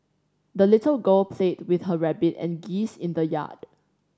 the little girl played with her rabbit and geese in the yard